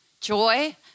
joy